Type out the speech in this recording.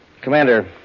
Commander